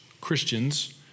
Christians